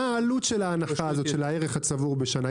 מה העלות של ההנחה של הערך הצבור בשנה?